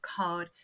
called